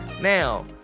now